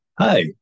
Hi